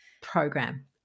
program